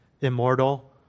immortal